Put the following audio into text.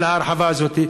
על ההרחבה הזאת.